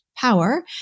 power